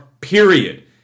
period